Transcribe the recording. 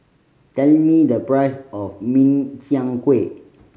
tell me the price of Min Chiang Kueh